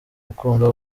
mukunda